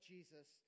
Jesus